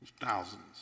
thousands